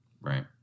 Right